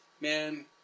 man